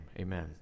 amen